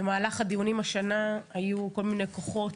במהלך הדיונים השנה היו כל מיני כוחות,